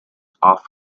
off